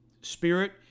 spirit